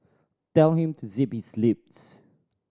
tell him to zip his lips